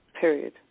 period